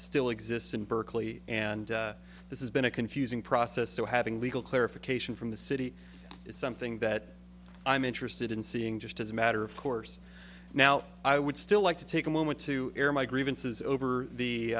still exists in berkeley and this has been a confusing process so having legal clarification from the city is something that i'm interested in seeing just as a matter of course now i would still like to take a moment to air my grievances over the